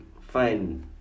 fine